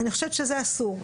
אני חושבת שזה אסור.